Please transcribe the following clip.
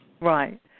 Right